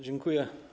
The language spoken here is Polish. Dziękuję.